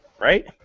right